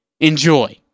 Enjoy